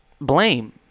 blame